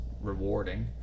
rewarding